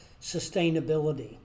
sustainability